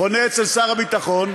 חונה אצל שר הביטחון.